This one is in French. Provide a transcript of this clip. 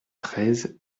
treize